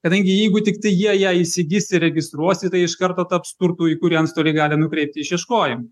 kadangi jeigu tiktai jie ją įsigis registruosis tai iš karto taps turtu į kurį antstoliai gali nukreipti išieškojim